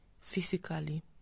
Physically